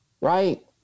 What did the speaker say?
right